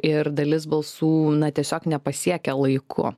ir dalis balsų na tiesiog nepasiekia laiku